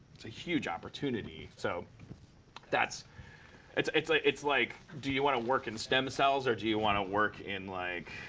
it's a huge opportunity. so that's it's it's ah like, do you want to work in stem cells, or do you want to work in, like,